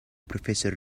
professor